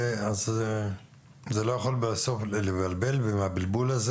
זה לא יכול בסוף לבלבל ובשל הבלבול הזה